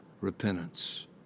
repentance